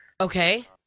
Okay